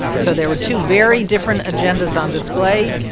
so there were two very different agendas on display.